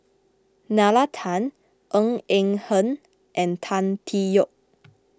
Nalla Tan Ng Eng Hen and Tan Tee Yoke